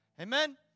Amen